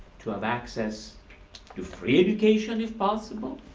to have access to free education if possible.